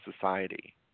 society